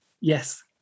yes